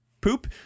Poop